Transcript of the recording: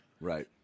Right